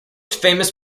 famous